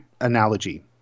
analogy